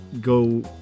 go